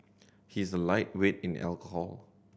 he's a lightweight in alcohol